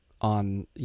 on